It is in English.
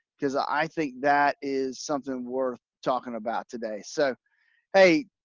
because i think that is something we're talking about today. so hey,